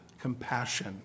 compassion